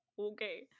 okay